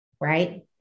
right